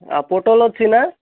ଆଉ ପୋଟଲ ଅଛି ନା